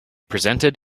presented